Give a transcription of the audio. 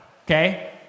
Okay